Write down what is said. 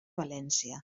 valència